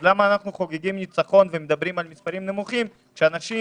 אז למה אנחנו חוגגים ניצחון ומדברים על מספרים נמוכים כשאנשים